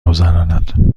گذراند